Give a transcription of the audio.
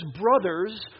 brothers